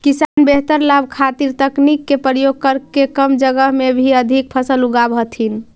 किसान बेहतर लाभ खातीर तकनीक के प्रयोग करके कम जगह में भी अधिक फसल उगाब हथिन